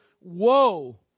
Woe